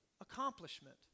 accomplishment